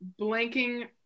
blanking